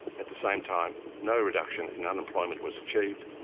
at the same time, no reduction in unemployment was achieved,